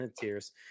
tears